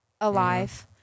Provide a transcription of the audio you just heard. alive